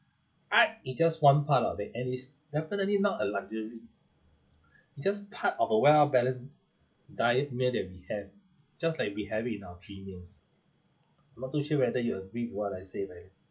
art is just one part of it and it's definitely not a luxury it's just part of a well balanced diet meal that we have just like we have it in our three meals not too sure whether you agree with what I say valen